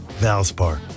Valspar